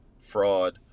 fraud